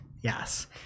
Yes